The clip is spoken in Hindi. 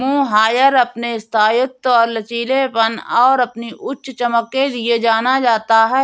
मोहायर अपने स्थायित्व और लचीलेपन और अपनी उच्च चमक के लिए जाना जाता है